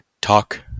talk